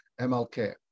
MLK